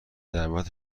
دعوت